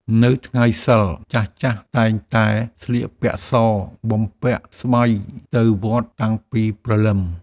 នៅថ្ងៃសីល ចាស់ៗតែងតែស្លៀកពាក់ស បំពាក់ស្បៃទៅវត្តតាំងពីព្រលឹម។